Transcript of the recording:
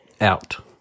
Out